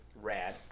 rad